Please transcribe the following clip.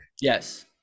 Yes